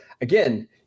again